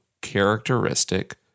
characteristic